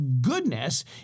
goodness